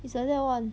is like that [one]